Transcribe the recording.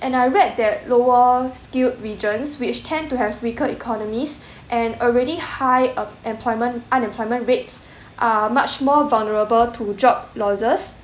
and I read that lower skilled regions which tend to have weaker economies and already high uh employment unemployment rates are much more vulnerable to job losses